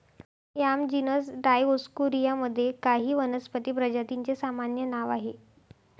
yam genus Dioscorea मध्ये काही वनस्पती प्रजातींचे सामान्य नाव आहे